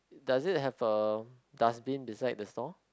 does it have a dustbin beside the store